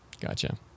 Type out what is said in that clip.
Gotcha